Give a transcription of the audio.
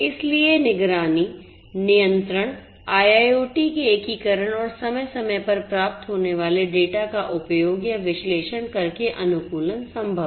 इसलिए निगरानी नियंत्रण IIoT के एकीकरण और समय समय पर प्राप्त होने वाले डेटा का उपयोग या विश्लेषण करके अनुकूलन संभव है